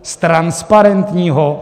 Ztransparentní ho?